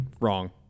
Wrong